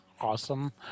awesome